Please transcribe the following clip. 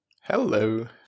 Hello